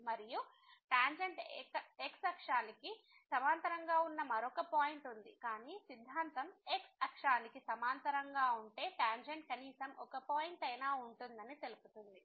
మరియు tangent x అక్షానికి సమాంతరంగా ఉన్న మరొక పాయింట్ ఉంది కానీ సిద్ధాంతం x అక్షానికి సమాంతరంగా ఉండే టాంజెంట్ కనీసం ఒక పాయింట్ అయినా ఉంటుందని తెలుపుతుంది